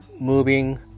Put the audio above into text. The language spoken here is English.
moving